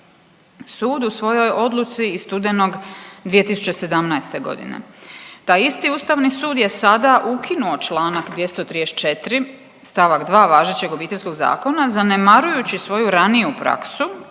sud u svojoj odluci iz studenog 2017. godine. Taj isti Ustavni sud je sada ukinuo članak 234. stavak 2. važećeg obiteljskog zakona zanemarujući svoju raniju praksu,